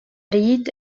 reed